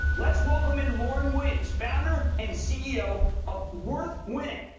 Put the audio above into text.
let's welcome in lauryn williams, founder and ceo of worth winning.